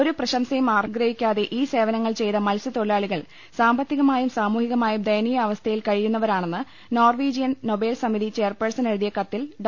ഒരു പ്രശംസയും ആഗ്ര ഹിക്കാതെ ഈ സേവനങ്ങൾചെയ്ത മത്സ്യത്തൊഴിലാളികൾ സാമ്പത്തി കമായും സാമൂഹികമായും ദയനീയ അവസ്ഥയിൽ കഴിയുന്നവരാണെന്ന് നോർവീജിയൻ നൊബേൽസമിതി ചെയർപേഴ്സണന് എഴുതിയ കത്തിൽ ഡോ